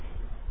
വിദ്യാർത്ഥി 1